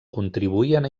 contribuïen